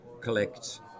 collect